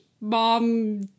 mom